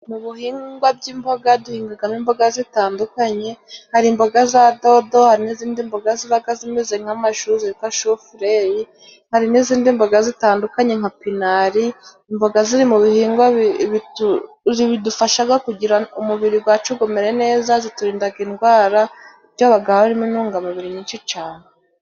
Mu bihingwa by'imboga duhingagamo imboga zitandukanye, hari imboga za dodo, hari n'izindi mboga zibaga zimeze nk' amashu zitwa shufreri, hari n'izindi mboga zitandukanye nka pinari. Imboga ziri mu bihingwa bidufashaga kugira umubiri gwacu gumere neza, ziturindaga indwara, bityo gaba garimo intungamubiri nyinshi cane.